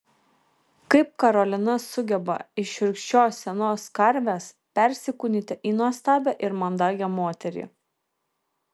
kaip karolina sugeba iš šiurkščios senos karvės persikūnyti į nuostabią ir mandagią moterį